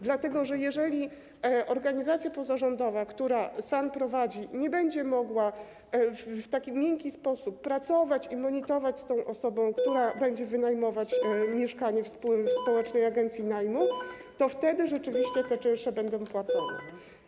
Dlatego że jeżeli organizacja pozarządowa, która SAN prowadzi, będzie mogła w taki miękki sposób pracować i monitować tę osobę, która będzie wynajmować mieszkanie w społecznej agencji najmu, to wtedy rzeczywiście te czynsze będą płacone.